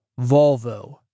Volvo